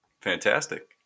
fantastic